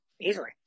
Easily